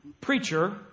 preacher